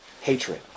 hatred